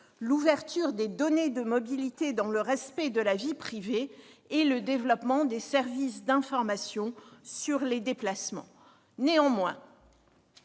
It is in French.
l'ouverture des données de mobilité dans le respect de la vie privée et le développement des services d'information sur les déplacements. Néanmoins,